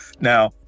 now